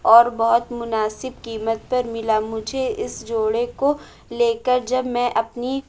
اور بہت مناسب قیمت پر ملا مجھے اس جوڑے کو لے کر جب میں اپنی